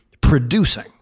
producing